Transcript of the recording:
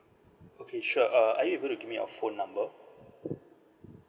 okay sure uh are you able to give me your phone number